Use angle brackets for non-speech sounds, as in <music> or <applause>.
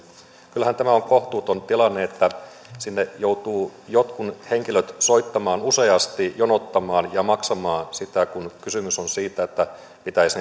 kyllähän tämä on kohtuuton tilanne että sinne joutuvat jotkut henkilöt soittamaan useasti jonottamaan ja maksamaan siitä kun kysymys on siitä että pitäisi <unintelligible>